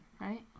right